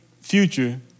future